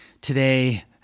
Today